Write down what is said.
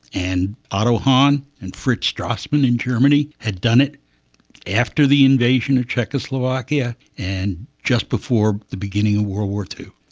and otto hahn and fritz strassmann in germany had done it after the invasion of czechoslovakia and just before the beginning of world war ii.